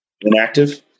inactive